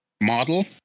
model